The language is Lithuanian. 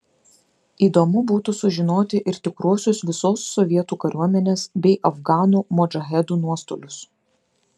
įdomu būtų sužinoti ir tikruosius visos sovietų kariuomenės bei afganų modžahedų nuostolius